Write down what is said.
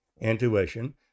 intuition